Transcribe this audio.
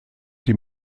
die